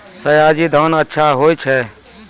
सयाजी धान अच्छा होय छै?